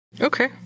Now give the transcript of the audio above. Okay